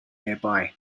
nearby